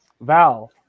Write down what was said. Val